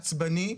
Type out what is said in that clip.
עצבני,